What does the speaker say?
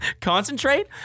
concentrate